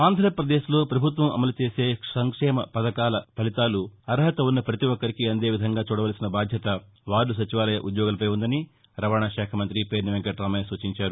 ఆంధ్రాప్రదేశ్ లో ప్రభుత్వం అమలు చేసే సంక్షేమ పథకాల ఫలితాలు అర్హత ఉన్న ప్రతి ఒక్కరికీ అందేవిధంగా చూడవలసిన బాధ్యత వార్డు సచివాలయ ఉద్యోగులపై ఉందని రవాణా శాఖ మంతి పేర్ని వెంకటామయ్య సూచించారు